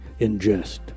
ingest